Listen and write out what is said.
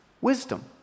wisdom